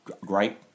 Great